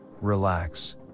relax